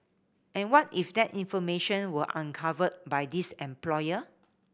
and what if that information were uncovered by this employer